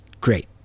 great